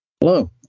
Hello